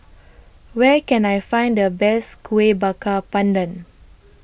Where Can I Find The Best Kueh Bakar Pandan